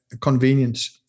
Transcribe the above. convenience